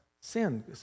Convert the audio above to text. sin